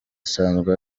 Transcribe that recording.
asanzwe